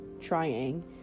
trying